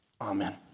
Amen